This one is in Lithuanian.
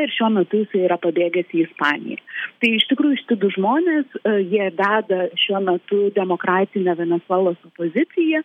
ir šiuo metu jisai yra pabėgęs į ispaniją tai iš tikrųjų šiti du žmonės jie veda šiuo metu demokratinę venesuelos opoziciją